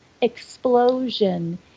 explosion